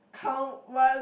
count one